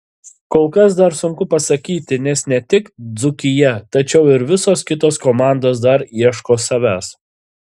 kol kas dar sunku pasakyti nes ne tik dzūkija tačiau ir visos kitos komandos dar ieško savęs